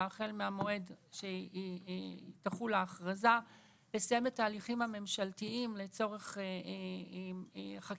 החל מהמועד שתחול האכרזה לסיים את ההליכים הממשלתיים לצורך חקיקה.